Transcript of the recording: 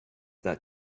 that